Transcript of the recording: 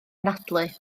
anadlu